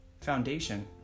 foundation